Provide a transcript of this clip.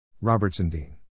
Robertson-Dean